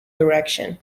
direction